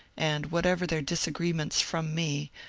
and, whatever their disagreements from me,